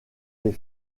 des